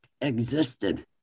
existed